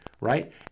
right